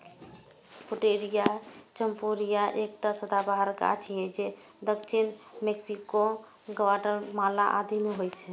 Pouteria campechiana एकटा सदाबहार गाछ छियै जे दक्षिण मैक्सिको, ग्वाटेमाला आदि मे होइ छै